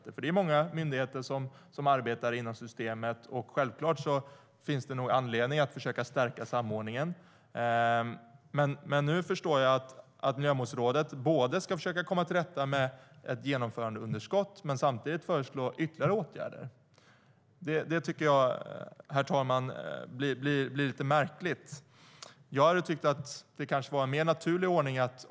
Det är nämligen många myndigheter som arbetar inom systemet, och det finns anledning att försöka stärka samordningen. Nu förstår jag dock att Miljömålsrådet ska både försöka komma till rätta med ett genomförandeunderskott och samtidigt föreslå ytterligare åtgärder. Det tycker jag blir lite märkligt, herr talman.